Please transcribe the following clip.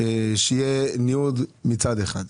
שיהיה ניוד מצד אחד.